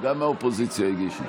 גם האופוזיציה הגישה.